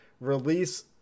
release